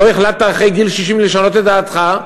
לא החלטת אחרי גיל 60 לשנות את דעתך.